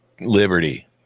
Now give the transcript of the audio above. Liberty